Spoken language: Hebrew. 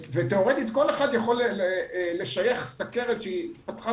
ותיאורטית כל אחד יכול לשייך סוכרת שהתפתחה